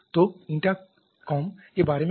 तो ηComb के बारे में क्या